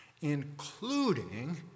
including